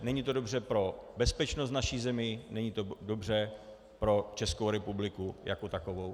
Není to dobře pro bezpečnost v naší zemi, není to dobře pro Českou republiku jako takovou.